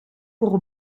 pour